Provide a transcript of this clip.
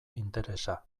interesa